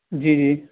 جی جی